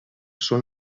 són